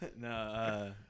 No